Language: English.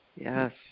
Yes